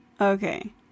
Okay